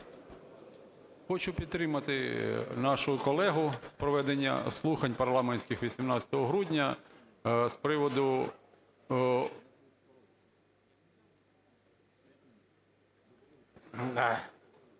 Хочу підтримати нашого колегу з проведення слухань парламентських 18 грудня з приводу…